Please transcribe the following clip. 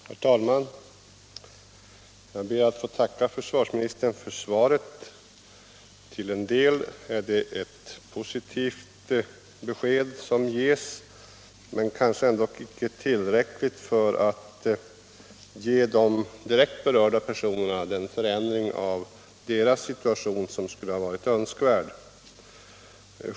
Herr talman! Jag ber att få tacka försvarsministern för svaret. Till en del är det ett positivt besked som ges, men det är kanske ändock icke tillräckligt för att ge de direkt berörda personerna den förändring av deras situation som skulle ha varit önskvärd.